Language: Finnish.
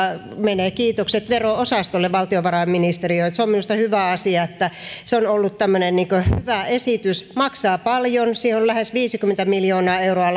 siitä menevät kiitokset vero osastolle valtiovarainministeriöön se on minusta hyvä asia että se on ollut tämmöinen hyvä esitys maksaa paljon siihen lähes viisikymmentä miljoonaa euroa